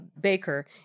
baker